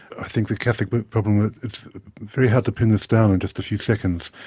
i think the catholic but problem, it's very hard to pin this down in just a few seconds,